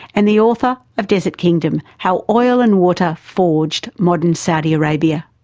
and the author of desert kingdom how oil and water forged modern saudi arabia.